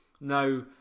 Now